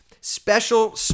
Special